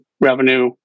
revenue